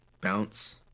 bounce